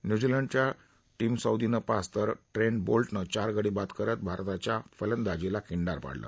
न्यूझीलंडच्या टीम सौदीनं पाच तर ट्रेंट बोल्टनं चार गडी बाद करत भारताच्या फलंदाजीला खिंडार पाडलं